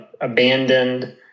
abandoned